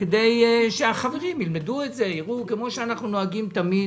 כדי שהחברים ילמדו את זה, כמו שאנחנו נוהגים תמיד.